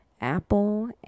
Apple